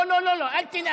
לא, לא, אל תנאם,